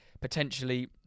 potentially